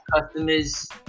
customers